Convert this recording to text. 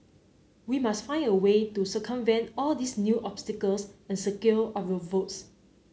we must find a way to circumvent all these new obstacles and secure our votes